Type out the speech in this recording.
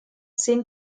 zehn